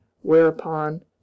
whereupon